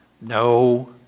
No